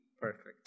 perfect